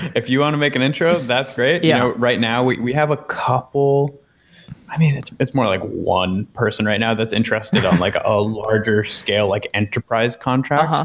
if you want to make an intro, that's great. yeah right now we we have a couple it's it's more like one person right now that's interested on like a larger scale, like enterprise contract.